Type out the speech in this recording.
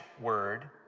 word